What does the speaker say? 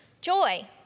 Joy